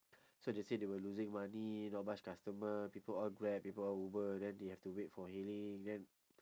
so they said they were losing money not much customer people all grab people all uber then they have to wait for hailing then